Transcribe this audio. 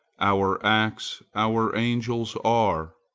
our acts our angels are,